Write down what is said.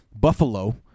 Buffalo